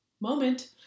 moment